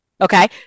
okay